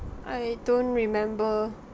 I don't remember